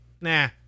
Nah